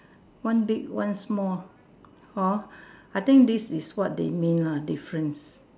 one big one small hor I think this is what they mean lah difference